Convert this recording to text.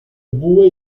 bue